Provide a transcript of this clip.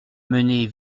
mener